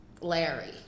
larry